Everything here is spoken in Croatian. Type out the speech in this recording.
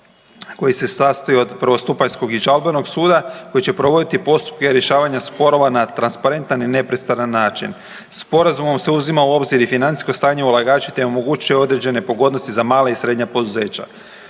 koji se sastoji od prvostupanjskog i žalbenog suda koji će provoditi postupke rješavanja sporova na transparentan i nepristran način. Sporazumom se uzima u obzir i financijsko stanje ulagača, te omogućuje određene pogodnosti za mala i srednja poduzeća.